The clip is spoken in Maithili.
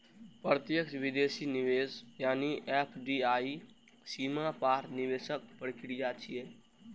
प्रत्यक्ष विदेशी निवेश यानी एफ.डी.आई सीमा पार निवेशक प्रक्रिया छियै